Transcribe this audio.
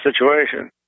situation